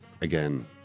Again